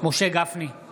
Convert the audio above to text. משה גפני, נגד